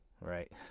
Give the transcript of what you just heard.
Right